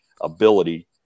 ability